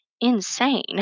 insane